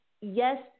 yes